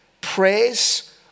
praise